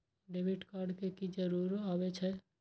Debit card के की जरूर आवे छै?